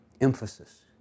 emphasis